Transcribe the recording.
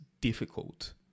difficult